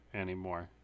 anymore